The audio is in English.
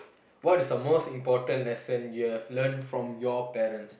what is the most important lesson you have learn from your parents